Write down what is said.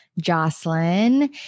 Jocelyn